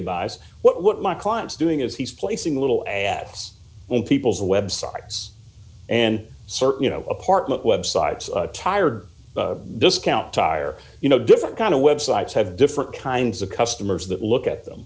buys what my client's doing is he's placing little ads on people's websites and search you know apartment websites tired discount tire you know different kind of web sites have different kinds of customers that look at them